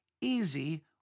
easy